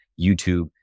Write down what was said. YouTube